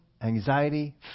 anxiety